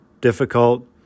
difficult